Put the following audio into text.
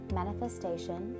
manifestation